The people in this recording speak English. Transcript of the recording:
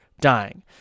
dying